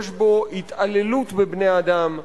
יש בו התעללות בבני-אדם.